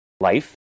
life